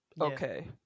okay